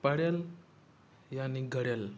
पढ़ियलु यानी गढ़ियलु